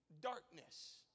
darkness